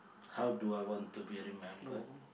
how do I want to be remembered